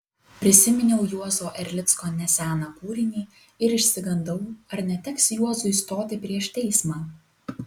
prisiminiau juozo erlicko neseną kūrinį ir išsigandau ar neteks juozui stoti prieš teismą